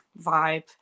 vibe